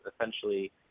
essentially